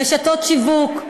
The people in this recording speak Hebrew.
רשתות שיווק,